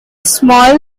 small